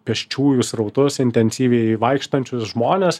pėsčiųjų srautus intensyviai vaikštančius žmones